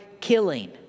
killing